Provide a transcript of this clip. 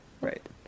Right